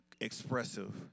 expressive